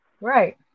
Right